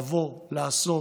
לבוא, לעשות,